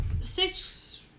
Six